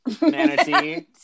manatee